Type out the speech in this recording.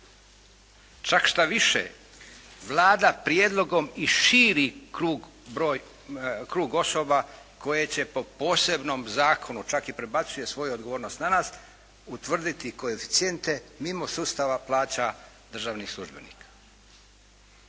Čak štoviše Vlada prijedlogom i širi krug, broj, krug osoba koje će po posebnom zakonu, čak i prebacuje svoju odgovornost na nas utvrditi koeficijente mimo sustava plaća državnih službenika.